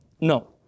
No